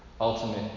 ultimate